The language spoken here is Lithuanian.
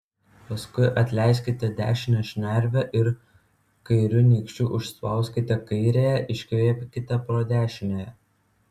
paskui atleiskite dešinę šnervę ir kairiu nykščiu užspauskite kairiąją iškvėpkite pro dešiniąją